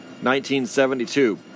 1972